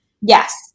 Yes